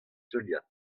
teuliad